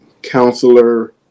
counselor